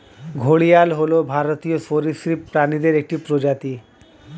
ঘড়িয়াল হল ভারতীয় সরীসৃপ প্রাণীদের একটি প্রজাতি